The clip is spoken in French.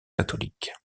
catholiques